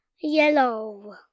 Yellow